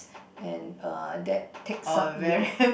and err that takes up your